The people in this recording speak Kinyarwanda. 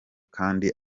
kandi